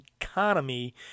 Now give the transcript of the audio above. economy